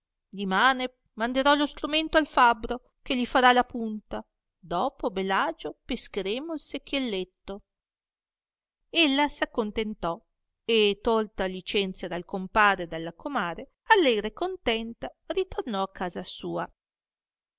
dimane manderò lo stromento al fabbro che gli farà la punta doppo a bel agio pescheremo il secchielletto ella s'accontentò e tolta licenzia dal compare e dalla comare allegra e contenta ritornò a casa sua